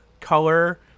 color